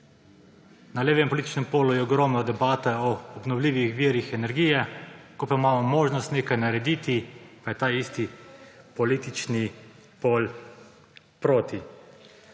na levem političnem polju je ogromno debate o obnovljivih virih energije, ko pa imamo možnost nekaj narediti, pa je ta isti politični pol proti.